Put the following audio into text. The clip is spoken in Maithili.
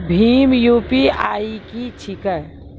भीम यु.पी.आई की छीके?